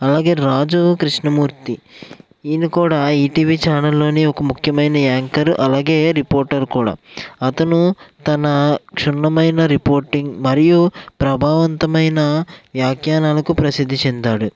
అలాగే రాజు కృష్ణమూర్తి ఈయన కూడా ఈటీవి ఛానల్లోని ఒక ముఖ్యమైన యాంకర్ అలాగే రిపోర్టర్ కూడా అతను తన క్షుణ్ణమైన రిపోర్టింగ్ మరియు ప్రభావంతమైన వ్యాఖ్యానాలకు ప్రసిద్ధి చెందాడు